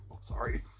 sorry